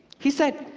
he said,